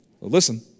Listen